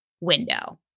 window